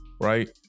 right